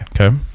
Okay